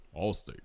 Allstate